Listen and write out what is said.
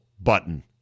button